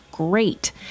great